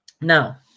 Now